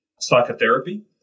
Psychotherapy